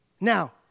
Now